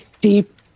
deep